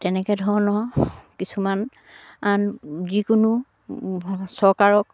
তেনেকে ধৰণৰ কিছুমান আন যিকোনো চৰকাৰক